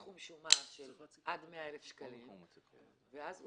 סכום שומה של עד מאה אלף שקלים ואז הוא